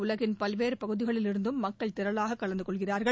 உலகின் பல்வேறு பகுதிகளிலிருந்தும் மக்கள் திரளாக கலந்துகொள்கிறார்கள்